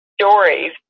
stories